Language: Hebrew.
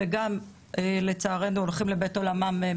וגם לצערנו מטופלים סיעודיים הולכים לבית עולמם,